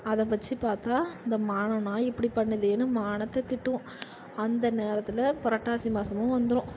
அதை வச்சு பார்த்தா இந்த மானம்னா இப்படி பண்ணுதேன்னு மானத்தை திட்டுவோம் அந்த நேரத்தில் புரட்டாசி மாதமும் வந்துரும்